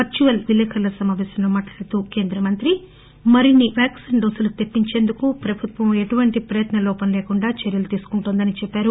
virtual విలేకరుల సమాపేశంలో మాట్లాడుతూ కేంద్రమంత్రి మరిన్సి వ్యాక్సిన్ డోసులు తెపిచ్చేందుకు ప్రభుత్వం ఎటువంటి ప్రయత్నలోపం లేకుండా చర్యలు తీసుకుంటుందని చెప్పారు